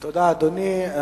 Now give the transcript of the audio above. תודה, אדוני.